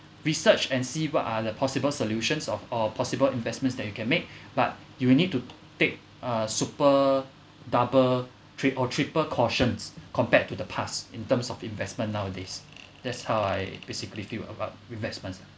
research and see what are the possible solutions of or possible investments that you can make but you will need to take uh super double tr~ or triple cautions compared to the past in terms of investment nowadays that's how I basically feel about investments